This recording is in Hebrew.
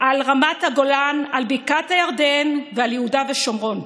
על רמת הגולן, על בקעת הירדן ועל יהודה ושומרון.